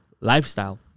lifestyle